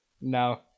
No